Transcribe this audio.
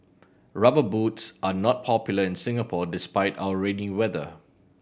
Rubber Boots are not popular in Singapore despite our rainy weather